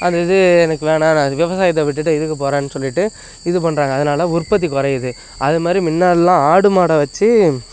அது இது எனக்கு வேணாம் நான் விவசாயத்தை விட்டுவிட்டு இதுக்கு போகறேன்னு சொல்லிவிட்டு இது பண்ணுறாங்க அதனால உற்பத்தி குறையுது அது மாரி முன்னாடிலாம் ஆடு மாடை வச்சு